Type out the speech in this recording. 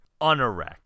Unerect